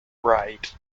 right